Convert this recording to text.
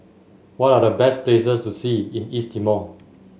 what are the best places to see in East Timor